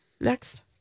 next